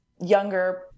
younger